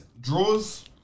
draws